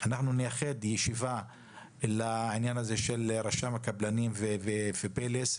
ישיבה לעניין רשם הקבלנים ויחידת פלס,